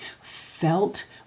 felt